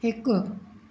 हिकु